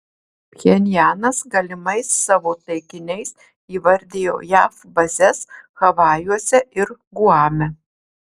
pchenjanas galimais savo taikiniais įvardijo jav bazes havajuose ir guame